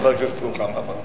חברת הכנסת רוחמה אברהם.